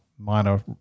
minor